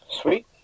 Sweet